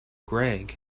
greg